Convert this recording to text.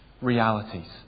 realities